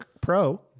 pro